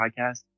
podcast